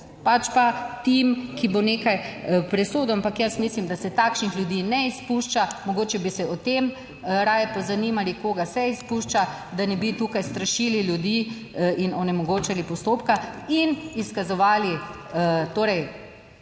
pač pa tim, ki bo nekaj presodil. Ampak jaz mislim, da se takšnih ljudi ne izpušča, mogoče bi se o tem raje pozanimali koga se izpušča, da ne bi tukaj strašili ljudi in onemogočili postopka in izkazovali, torej,